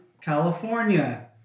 California